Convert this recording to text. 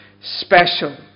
special